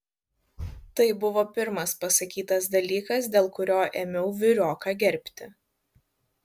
tai buvo pirmas pasakytas dalykas dėl kurio ėmiau vyrioką gerbti